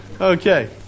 Okay